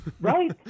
right